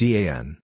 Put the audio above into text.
Dan